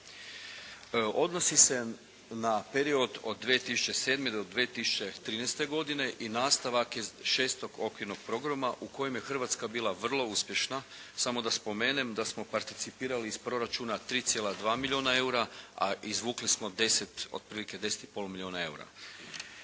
Odnosi se na period od 2007. do 2013 godine i nastavak je Šestog okvirnog programa u kojem je Hrvatska bila vrlo uspješna. Samo da spomenem da smo participirali iz proračuna 3,2 milijuna eura, a izvukli smo otprilike 10,5 milijuna eura.